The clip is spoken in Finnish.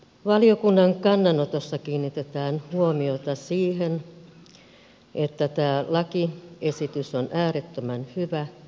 valiokunnan kannanotossa kiinnitetään huomiota siihen että tämä lakiesitys on äärettömän hyvä